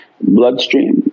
bloodstream